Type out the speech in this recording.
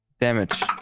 damage